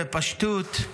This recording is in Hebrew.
בפשטות,